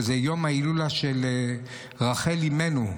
שזה יום ההילולה של רחל אימנו,